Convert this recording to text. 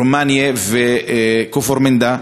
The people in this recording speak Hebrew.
רומאנה וכפר-מנדא.